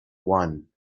one